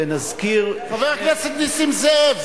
ונזכיר --- חבר הכנסת נסים זאב,